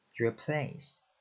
Replace